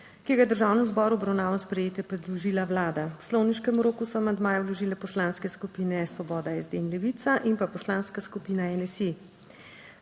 ki ga je Državnemu zboru v obravnavo in sprejetje predložila Vlada. V poslovniškem roku so amandmaje vložile poslanske skupine Svoboda, SD in Levica in pa Poslanska skupina NSi.